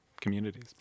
communities